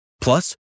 Plus